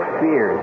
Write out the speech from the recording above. fear